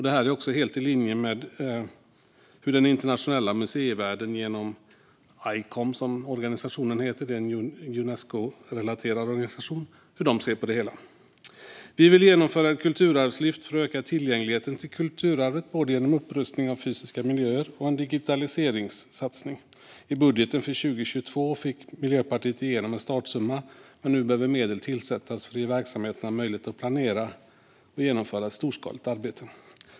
Detta är också helt i linje med hur den internationella museivärlden genom ICOM, som den Unesco-relaterade organisationen heter, ser på det hela. Vi i Miljöpartiet vill genomföra ett kulturarvslyft för att öka tillgängligheten till kulturarvet, både genom upprustning av fysiska miljöer och genom en digitaliseringssatsning. I budgeten för 2022 fick Miljöpartiet igenom en startsumma. Nu behöver medel tillsättas för att ge verksamheterna möjlighet att planera och genomföra ett storskaligt arbete.